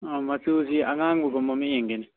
ꯑꯥ ꯃꯆꯨꯁꯤ ꯑꯉꯥꯡꯕꯒꯨꯝꯕꯃ ꯌꯦꯡꯒꯦꯅꯦ